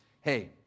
hey